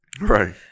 Right